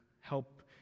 help